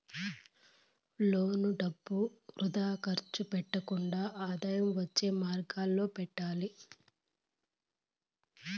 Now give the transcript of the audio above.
loan డబ్బులు వృథా ఖర్చు పెట్టకుండా ఆదాయం వచ్చే మార్గాలలో పెట్టాలి